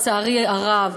לצערי הרב,